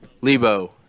Lebo